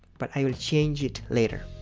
but i will change it later.